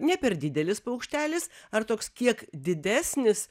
ne per didelis paukštelis ar toks kiek didesnis